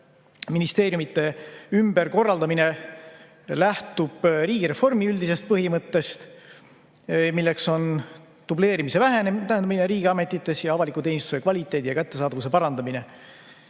ministeeriumide ümberkorraldamine lähtub riigireformi üldisest põhimõttest, milleks on dubleerimise vähendamine riigiametites ja avaliku teenistuse kvaliteedi ja [selle teenuste] kättesaadavuse parandamine.